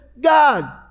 God